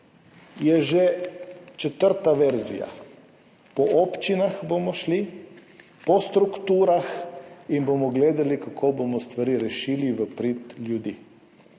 je že četrta verzija. Šli bomo po občinah, po strukturah in bomo gledali, kako bomo stvari rešili v prid ljudem.